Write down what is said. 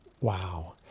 Wow